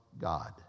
God